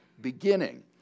beginning